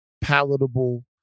palatable